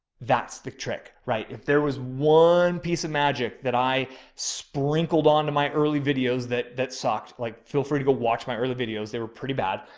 that's the trick, right? if there was one piece of magic that i sprinkled onto my early videos that, that socked like, feel free to go watch my early videos. they were pretty bad.